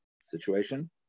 situation